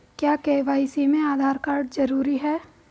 क्या के.वाई.सी में आधार कार्ड जरूरी है?